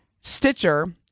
Stitcher